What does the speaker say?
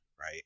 right